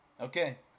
Okay